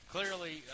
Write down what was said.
Clearly